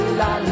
la